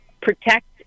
protect